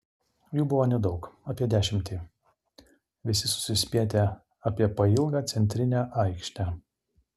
jų buvo nedaug apie dešimtį visi susispietę apie pailgą centrinę aikštę